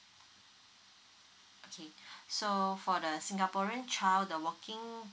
okay so for the singaporean child the working